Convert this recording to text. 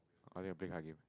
oh need to play card game